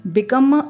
Become